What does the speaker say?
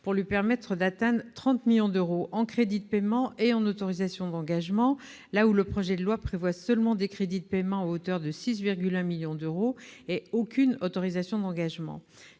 pour lui permettre d'atteindre 30 millions d'euros en crédits de paiement et en autorisation d'engagements, alors que le projet de loi prévoit seulement des crédits de paiement à hauteur de 6,1 millions d'euros et aucune autorisation d'engagement.